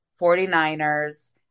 49ers